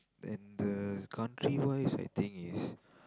and the country wise I think it's